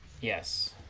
Yes